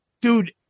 Dude